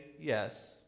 yes